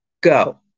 Go